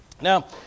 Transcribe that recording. Now